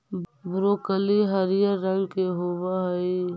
broccoli हरियर रंग के होब हई